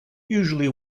usually